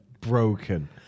broken